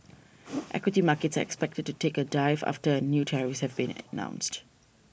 equity markets are expected to take a dive after a new tariffs have been announced